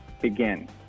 begin